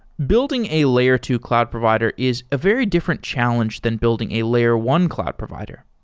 building a layer two cloud provider is a very different challenge than building a layer one cloud provider.